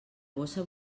bossa